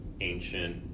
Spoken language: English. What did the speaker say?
ancient